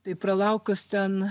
tai pralaukus ten